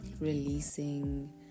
releasing